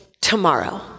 tomorrow